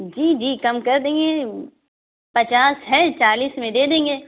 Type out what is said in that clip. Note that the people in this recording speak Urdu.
جی جی کم کر دیں گے پچاس ہے چالیس میں دے دیں گے